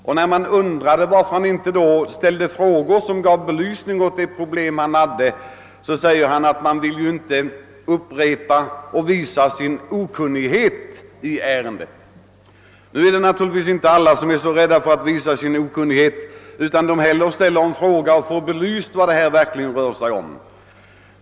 På fråga varför vederbörande då inte begärde en förklaring och fick problemen belysta svarade han att han inte ville avslöja sin okunnighet i ärendet. Alla är naturligtvis inte lika rädda för att visa sin okunnighet, utan de frågar hellre, för att få klart för sig vad det verkligen rör sig om.